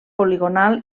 poligonal